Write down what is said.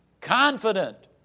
confident